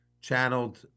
channeled